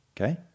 okay